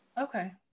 Okay